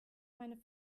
meine